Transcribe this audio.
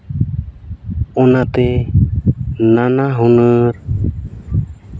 ᱚᱱᱟᱛᱮ ᱱᱟᱱᱟ ᱦᱩᱱᱟᱹᱨ